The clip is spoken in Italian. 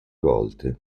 volte